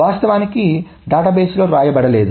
వాస్తవానికి డేటాబేస్లో వ్రాయబడలేదు